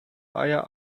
eier